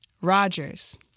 Rogers